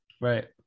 Right